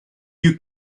you